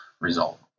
result